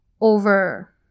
over